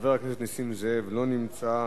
חבר הכנסת נסים זאב, לא נמצא.